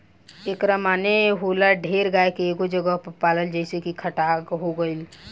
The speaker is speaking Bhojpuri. एकरा माने होला ढेर गाय के एगो जगह पर पलाल जइसे की खटाल हो गइल